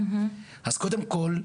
אז קודם כל,